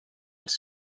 els